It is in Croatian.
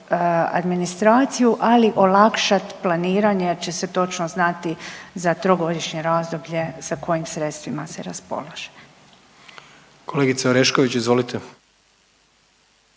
administraciju, ali olakšat planiranje jer će se točno znati za trogodišnje razdoblje sa kojim sredstvima se raspolaže. **Jandroković, Gordan